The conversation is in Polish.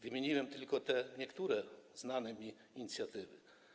Wymieniłem tylko niektóre znane mi inicjatywy.